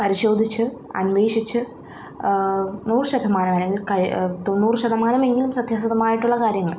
പരിശോധിച്ച് അന്വേഷിച്ച് നൂറ് ശതമാനം അല്ലെങ്കിൽ തൊണ്ണൂറ് ശതമാനം എങ്കിലും സത്യസന്ധമായിട്ടുള്ള കാര്യങ്ങൾ